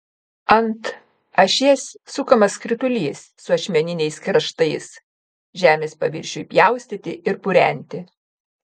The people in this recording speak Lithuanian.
ant ašies sukamas skritulys su ašmeniniais kraštais žemės paviršiui pjaustyti ir purenti